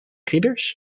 ridders